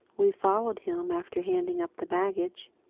we followed him, after handing up the baggage.